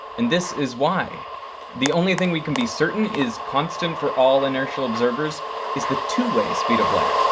and this is why the only thing we can be certain is constant for all inertial observers is the two-way speed of light.